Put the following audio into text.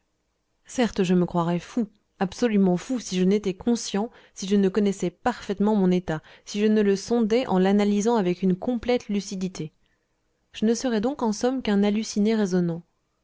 certes je me croirais fou absolument fou si je n'étais conscient si je ne connaissais parfaitement mon état si je ne le sondais en l'analysant avec une complète lucidité je ne serais donc en somme qu'un halluciné raisonnant